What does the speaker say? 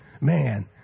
man